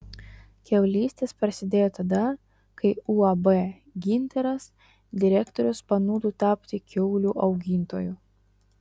kiaulystės prasidėjo tada kai uab gintaras direktorius panūdo tapti kiaulių augintoju